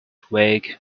wagged